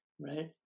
right